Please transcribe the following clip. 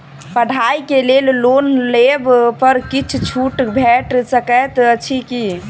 पढ़ाई केँ लेल लोन लेबऽ पर किछ छुट भैट सकैत अछि की?